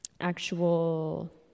Actual